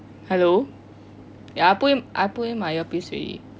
hello ya I put in I put in my earpiece already